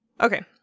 Okay